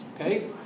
okay